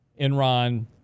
Enron